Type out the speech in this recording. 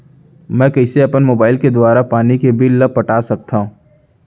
मैं कइसे अपन मोबाइल के दुवारा पानी के बिल ल पटा सकथव?